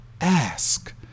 ask